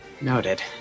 Noted